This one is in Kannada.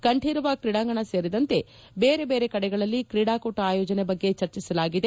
ಕಂಠೀರವ ಕ್ರೀಡಾಂಗಣ ಸೇರಿದಂತೆ ಬೇರೆ ಬೇರೆ ಕಡೆಗಳಲ್ಲಿ ತ್ರೀಡಾಕೂಟ ಆಯೋಜನೆ ಬಗ್ಗೆ ಚರ್ಚಿಸಲಾಗಿದೆ